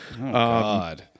God